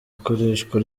ikoreshwa